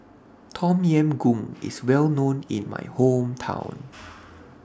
Tom Yam Goong IS Well known in My Hometown